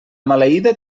maleïda